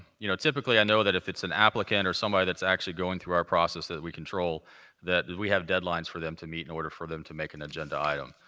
you know, typically, i know that if it's an applicant or somebody that's actually going through our process that we control that we have deadlines for them to meet in order for them to make an agenda item,